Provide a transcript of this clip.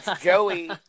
Joey